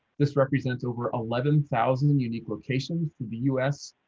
this represents over eleven thousand and unique locations to the us,